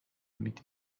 میدی